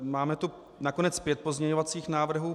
Máme tu nakonec pět pozměňovacích návrhů.